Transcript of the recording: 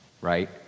right